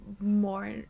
more